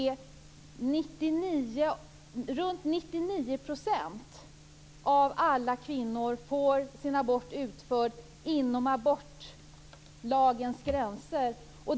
Runt 99 % av alla kvinnor får sin abort utförd inom abortlagens gränser.